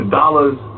dollars